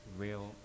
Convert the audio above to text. real